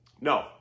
No